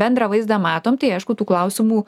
bendrą vaizdą matom tai aišku tų klausimų